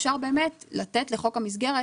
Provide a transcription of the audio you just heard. אפשר באמת לתת לחוק המסגרת,